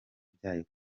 byayo